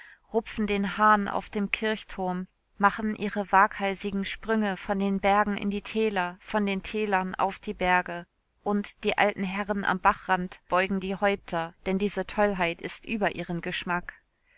rupfen den hahn auf dem kirchturm machen ihre waghalsigen sprünge von den bergen in die täler von den tälern auf die berge und die alten herren am bachrand beugen die häupter denn diese tollheit ist über ihren geschmack